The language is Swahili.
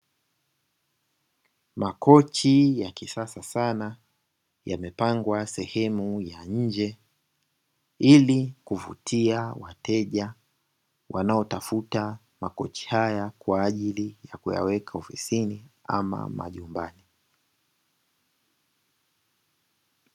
Makochi ya kisasa sana yamepangwa sehemu ya nje, ili kuvutia wateja wanaotafuta makochi haya, kwa ajili ya kuyaweka ofisini ama majumbani.